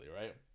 right